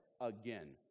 again